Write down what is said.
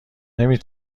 نمی